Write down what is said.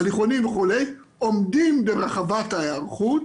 הליכונים וכו' עומדים ברחבת ההיערכות,